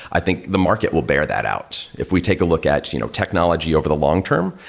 i think the market will bear that out. if we take a look at you know technology over the long-term,